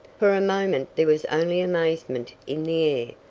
for a moment there was only amazement in the